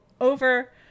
over